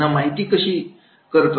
त्यांना माहिती करत असते